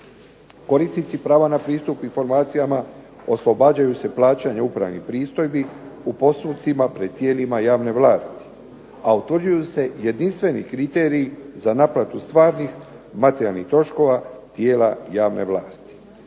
Korisnici prava na pristup informacijama oslobađaju se plaćanja upravnih pristojbi u postupcima pred tijelima javne vlasti, a utvrđuju se jedinstveni kriteriji za naplatu stvarnih materijalnih troškova tijela javne vlasti.